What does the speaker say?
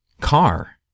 car